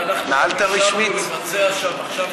אנחנו נבצע שם עכשיו,